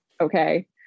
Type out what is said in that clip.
Okay